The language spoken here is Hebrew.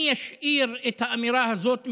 אני אשאיר את האמירה הזאת מהדהדת,